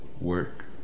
work